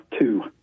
two